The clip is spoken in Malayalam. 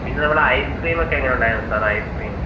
പിന്നെ നമ്മുടെ ഐസ്ക്രീം ഒക്കെ എങ്ങനെ ഉണ്ടായിരുന്നു സാർ ഐസ്ക്രീം